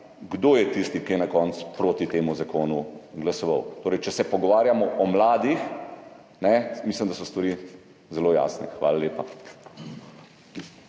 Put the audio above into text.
Kdo je tisti, ki je na koncu glasoval proti temu zakonu? Torej, če se pogovarjamo o mladih, mislim, da so stvari zelo jasne. Hvala lepa.